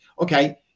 Okay